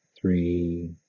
three